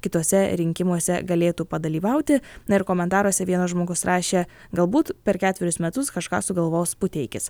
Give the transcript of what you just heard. kituose rinkimuose galėtų padalyvauti na ir komentaruose vienas žmogus rašė galbūt per ketverius metus kažką sugalvos puteikis